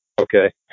Okay